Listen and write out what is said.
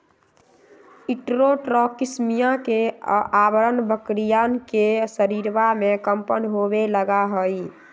enterotoxaemia के अआरण बकरियन के शरीरवा में कम्पन होवे लगा हई